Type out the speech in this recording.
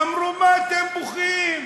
אמרו: מה אתם בוכים?